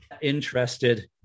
interested